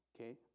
okay